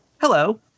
Hello